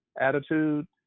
attitude